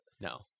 No